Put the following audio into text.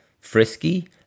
frisky